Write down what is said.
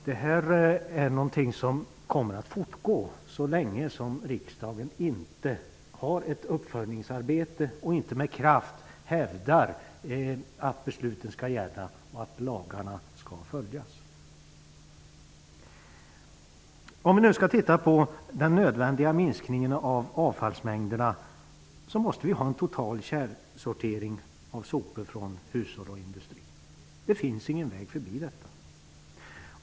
Motståndet kommer att fortgå så länge riksdagen inte har ett uppföljningsarbete och inte med kraft hävdar att besluten skall gälla och att lagarna skall följas. För att få till stånd den nödvändiga minskningen av avfallsmängderna måste vi få en total källsortering av sopor från hushåll och industri. Det finns ingen väg förbi detta.